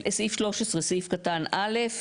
(13), סעיף קטן (א).